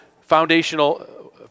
foundational